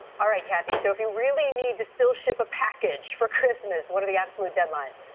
all right, kathy. so if you really need to still ship a package for christmas, what are the absolute deadlines?